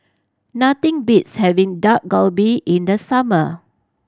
nothing beats having Dak Galbi in the summer